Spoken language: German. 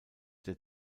der